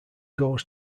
goes